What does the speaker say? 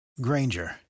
Granger